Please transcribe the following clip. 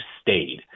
stayed